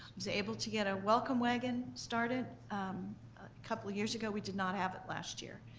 was able to get a welcome wagon started a couple years ago. we did not have it last year.